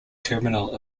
terminal